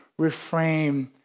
reframe